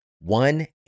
One